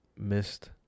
missed